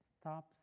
stops